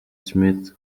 smith